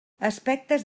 aspectes